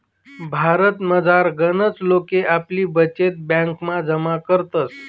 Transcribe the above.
भारतमझार गनच लोके आपली बचत ब्यांकमा जमा करतस